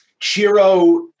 Chiro